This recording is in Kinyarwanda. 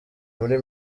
muri